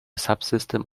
subsystem